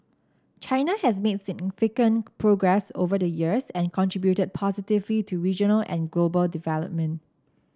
China has made significant progress over the years and contributed positively to regional and global development